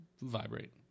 vibrate